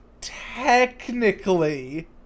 Technically